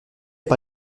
par